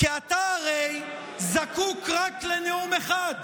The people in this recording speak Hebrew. כי אתה הרי זקוק רק לנאום אחד.